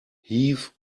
heave